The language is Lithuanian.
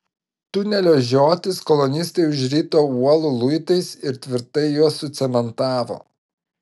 tunelio žiotis kolonistai užrito uolų luitais ir tvirtai juos sucementavo